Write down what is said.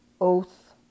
oath